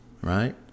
right